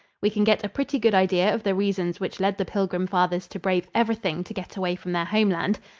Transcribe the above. we can get a pretty good idea of the reasons which led the pilgrim fathers to brave everything to get away from their home land.